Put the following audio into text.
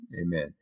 Amen